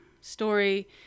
story